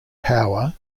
power